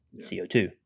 CO2